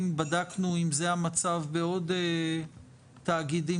בדקנו אם זה המצב בעוד תאגידים